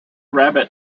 rabbit